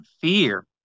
fear